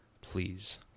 please